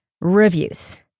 reviews